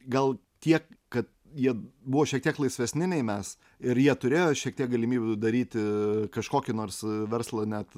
gal tiek kad jie buvo šiek tiek laisvesni nei mes ir jie turėjo šiek tiek galimybių daryti kažkokį nors verslą net